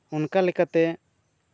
ᱚᱱᱠᱟ ᱞᱮᱠᱟᱛᱮ